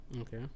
Okay